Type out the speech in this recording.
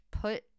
Put